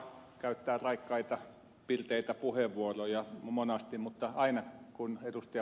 ukkola käyttää raikkaita pirteitä puheenvuoroja monesti mutta aina kun ed